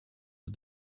for